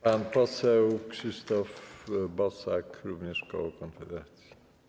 Pan poseł Krzysztof Bosak, również koło Konfederacja.